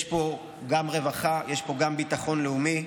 יש פה גם רווחה, יש פה גם ביטחון לאומי,